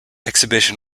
exhibition